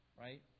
right